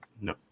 No